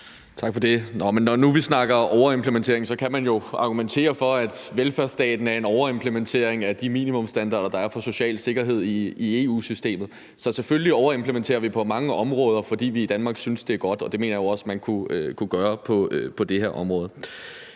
Tak for det. Når vi nu snakker overimplementering, kan man jo argumentere for, at velfærdsstaten er en overimplementering af de minimumsstandarder, der er for social sikkerhed i EU-systemet, så selvfølgelig overimplementerer vi på mange områder, fordi vi i Danmark synes, det er godt, og det mener jeg også man kunne gøre på det her område.